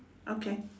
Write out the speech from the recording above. okay